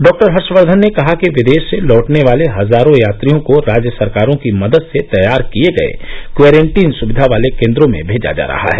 डॉ हर्षक्वन ने कहा कि विदेश से लौटने वाले हजारों यात्रियों को राज्य सरकारों की मदद से तैयार किए गए क्वेरेन्टीन सुविधा वाले केन्द्रों में भेजा जा रहा है